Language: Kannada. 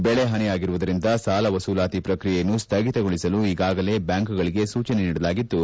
ಬೆಳೆಹಾನಿಯಾಗಿರುವುದರಿಂದ ಸಾಲ ವಸೂಲಾತಿ ಪ್ರಕ್ರಿಯೆಯನ್ನು ಸ್ಥಗಿತಗೊಳಿಸಲು ಈಗಾಗಲೇ ಬ್ಯಾಂಕುಗಳಿಗೆ ಸೂಚನೆ ನೀಡಲಾಗಿದ್ದು